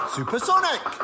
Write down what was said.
Supersonic